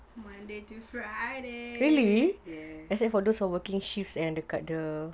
monday to friday yes